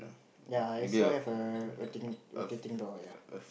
yea I also have a rotating rotating doll yea